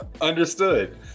Understood